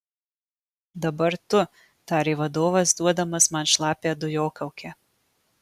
dabar tu tarė vadovas duodamas man šlapią dujokaukę